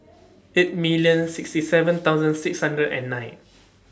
eight million sixty seven thousand six hundred and nine